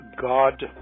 God